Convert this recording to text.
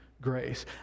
grace